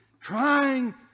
trying